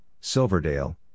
Silverdale